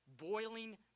boiling